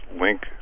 link